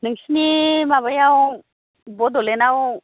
नोंसिनि माबायाव बड'लेण्डआव